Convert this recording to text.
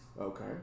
Okay